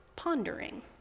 pondering